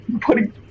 putting